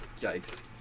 Yikes